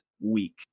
week